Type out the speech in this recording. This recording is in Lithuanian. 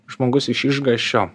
žmogus iš išgąsčio